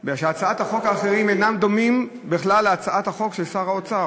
כי הצעות החוק האחרות אינן דומות בכלל להצעת החוק של שר האוצר.